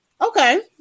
Okay